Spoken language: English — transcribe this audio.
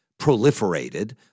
proliferated